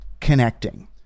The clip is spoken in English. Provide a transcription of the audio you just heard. connecting